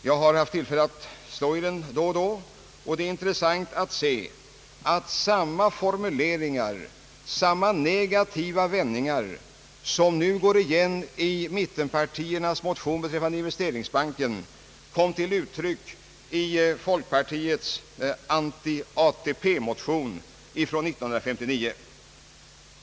Jag har haft tillfälle att slå i den då och då, och det är intressant att se att samma formuleringar och samma negativa vändningar som nu går igen i mittenpartiernas motion beträffande investeringsbanken kom till uttryck i folkpartiets anti-ATP motion år 1959.